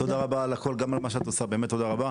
תודה רבה על הכל גם על מה שאת עושה, תודה רבה.